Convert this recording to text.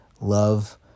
love